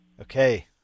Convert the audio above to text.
Okay